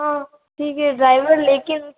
हाँ ठीक है ड्राइवर लेकिन